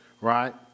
right